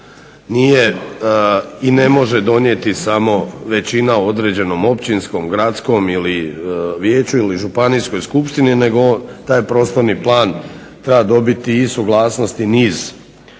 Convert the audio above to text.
nije i ne može donijeti samo većina određenom općinskom, gradskom vijeću ili županijskoj skupštini nego taj prostorni plan treba dobiti i suglasnost i niz